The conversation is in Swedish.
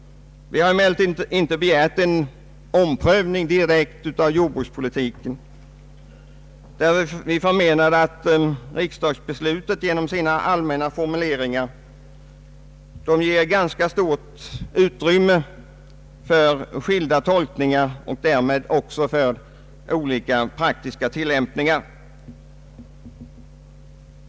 Vi har emellertid inte begärt en direkt omprövning av jordbrukspolitiken. Vi menar att riksdagsbeslutet genom sina allmänna formuleringar ger ett ganska stort utrymme för skilda tolkningar och därmed också för olika praktiska tillämpningar.